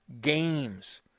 games